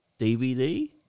DVD